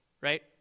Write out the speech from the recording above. right